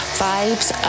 vibes